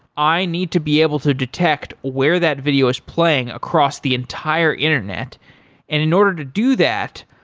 i need to be able to detect where that video is playing across the entire internet. and in order to do that,